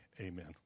Amen